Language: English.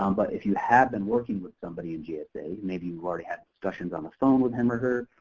um but if you have been working with somebody in gsa, maybe you've already had discussions on the phone with him or her,